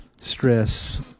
Stress